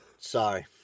Sorry